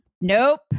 Nope